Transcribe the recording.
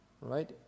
right